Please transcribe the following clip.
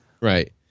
Right